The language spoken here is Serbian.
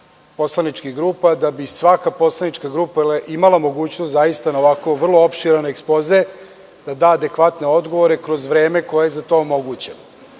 poslaničkih grupa, da bi svaka poslanička grupa imala mogućnost zaista na ovako opširan ekspoze da da adekvatne odgovore kroz vreme koje je za to